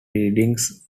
readings